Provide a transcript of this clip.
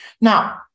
Now